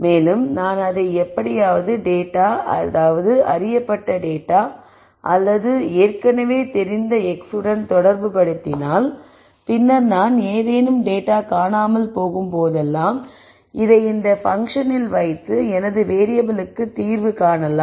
மேலும் நான் அதை எப்படியாவது டேட்டா அறியப்பட்ட டேட்டா அல்லது ஏற்கனவே தெரிந்த x உடன் தொடர்புபடுத்தினால் பின்னர் நான் ஏதேனும் டேட்டா காணாமல் போகும் போதெல்லாம் இதை இந்த பங்க்ஷனில் வைத்து எனது வேறியபளுக்கு தீர்வு காணலாம்